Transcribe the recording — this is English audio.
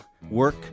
work